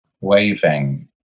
waving